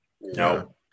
No